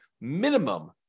minimum